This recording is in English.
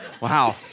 Wow